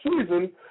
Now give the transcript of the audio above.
season